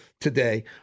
today